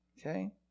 Okay